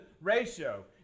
ratio